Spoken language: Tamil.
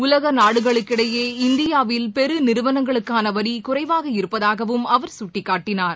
உலகநாடுகளுக்கிடையே இந்தியாவில் பெருநிறுவனங்களுக்கானவரிகுறைவாக இருப்பதாகவும் அவர் சுட்டிக்காட்டினார்